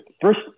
first